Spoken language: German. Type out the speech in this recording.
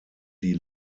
die